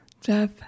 Jeff